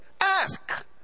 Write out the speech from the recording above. Ask